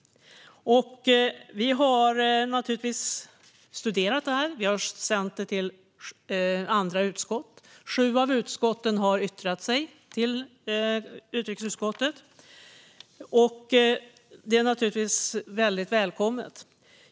Vi har studerat det och sänt det till andra utskott. Sju av utskotten har yttrat sig till utrikesutskottet, och det är naturligtvis välkommet.